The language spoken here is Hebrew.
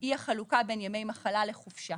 היא החלוקה בין ימי מחלה לחופשה.